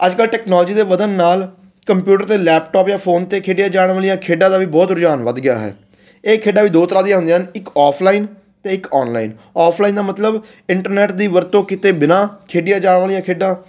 ਅੱਜ ਕੱਲ੍ਹ ਟੈਕਨੋਲਜੀ ਦੇ ਵਧਣ ਨਾਲ ਕੰਪਿਊਟਰ ਅਤੇ ਲੈਪਟਾਪ ਜਾਂ ਫੋਨ 'ਤੇ ਖੇਡੀਆਂ ਜਾਣ ਵਾਲੀਆਂ ਖੇਡਾਂ ਦਾ ਵੀ ਬਹੁਤ ਰੁਝਾਨ ਵੱਧ ਗਿਆ ਹੈ ਇਹ ਖੇਡਾਂ ਵੀ ਦੋ ਤਰ੍ਹਾਂ ਦੀਆਂ ਹੁੰਦੀਆਂ ਇੱਕ ਔਫਲਾਈਨ ਅਤੇ ਇੱਕ ਔਨਲਾਈਨ ਔਫਲਾਈਨ ਦਾ ਮਤਲਬ ਇੰਟਰਨੈਟ ਦੀ ਵਰਤੋਂ ਕਿਤੇ ਬਿਨਾਂ ਖੇਡੀਆਂ ਜਾਣ ਵਾਲੀਆਂ ਖੇਡਾਂ